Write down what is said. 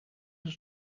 het